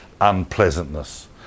unpleasantness